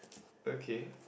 okay